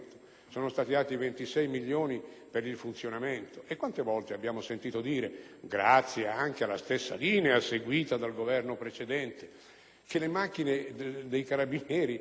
e altri 26 milioni di euro per il funzionamento. Quante volte abbiamo sentito dire, grazie anche alla stessa linea seguita dal Governo precedente, che le macchine dei carabinieri hanno